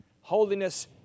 holiness